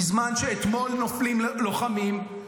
בזמן שאתמול נופלים לוחמים,